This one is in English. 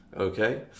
Okay